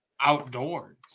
outdoors